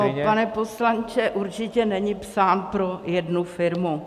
No pane poslanče, určitě není psán pro jednu firmu.